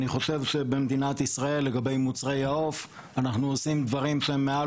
אני חושב שבמדינת ישראל לגבי מוצרי העוף אנחנו עושים דברים שהם מעל